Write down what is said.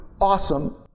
Awesome